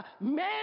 man